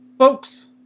Folks